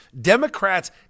Democrats